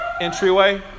entryway